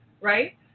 Right